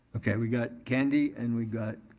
okay, we got candy and we got